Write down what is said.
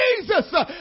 Jesus